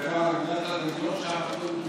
דגלי אש"ף.